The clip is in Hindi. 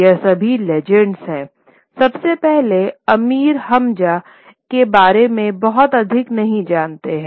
ये सभी लीजेंड्सहैं सबसे पहले अमीर हमजा के बारे में बहुत अधिक नहीं जानते हैं